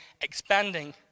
expanding